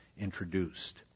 introduced